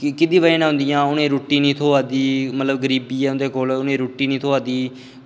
कैह्दी बजह् कन्नैंहोआ दियां उ'नें गी रुट्टी निं थ्होआ दी मतलब गरीबी ऐ उं'दे कोल उ'नें रुट्टी निं थ्होआ दी